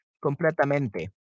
completamente